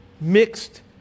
mixed